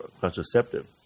contraceptive